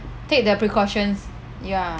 take the precautions ya